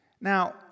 Now